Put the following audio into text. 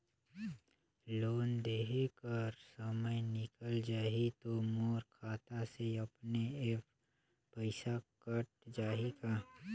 Loan देहे कर समय निकल जाही तो मोर खाता से अपने एप्प पइसा कट जाही का?